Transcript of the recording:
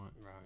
Right